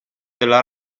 della